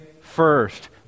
first